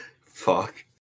Fuck